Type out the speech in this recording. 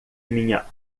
minha